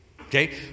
Okay